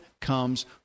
comes